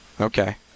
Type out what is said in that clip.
Okay